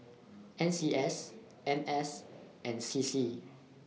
N C S N S and C C